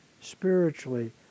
spiritually